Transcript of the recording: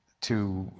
to